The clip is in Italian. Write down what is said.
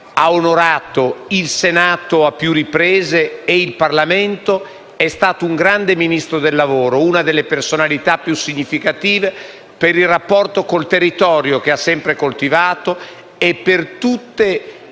onorando a più riprese il Senato e il Parlamento. È stato un grande Ministro del lavoro e una delle personalità più significative per il rapporto con il territorio, che ha sempre coltivato, e per tutte